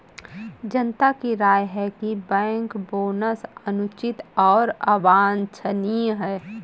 जनता की राय है कि बैंक बोनस अनुचित और अवांछनीय है